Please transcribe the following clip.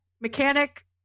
mechanic